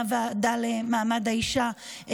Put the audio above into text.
מהוועדה למעמד האישה,